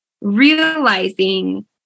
realizing